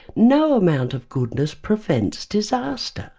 no amount of goodness prevents disaster